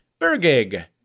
Bergig